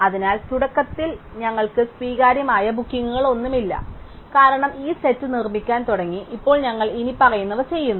അതിനാൽ തുടക്കത്തിൽ ഞങ്ങൾക്ക് സ്വീകാര്യമായ ബുക്കിംഗുകളൊന്നുമില്ല കാരണം ഞങ്ങൾ ഈ സെറ്റ് നിർമ്മിക്കാൻ തുടങ്ങി ഇപ്പോൾ ഞങ്ങൾ ഇനിപ്പറയുന്നവ ചെയ്യുന്നു